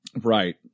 Right